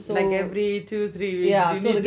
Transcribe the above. like every two three weeks you need